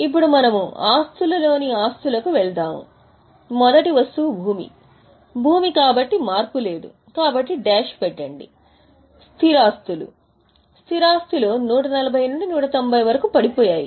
ఇప్పుడు మనము ఆస్తులలోని ఆస్తులకు వెళ్తాము మొదటి వస్తువు భూమి భూమి కాబట్టి మార్పు లేదు కాబట్టి డాష్ పెట్టండి స్థిర ఆస్తులు స్థిర ఆస్తిలో 140 నుండి 190 వరకు పడిపోతాయి